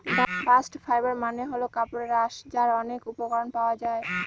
bast fibre মানে হল কাপড়ের আঁশ যার অনেক উপকরণ পাওয়া যায়